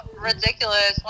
ridiculous